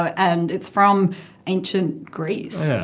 and it's from ancient greece. yeah.